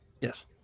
Yes